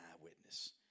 eyewitness